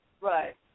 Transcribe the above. right